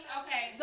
okay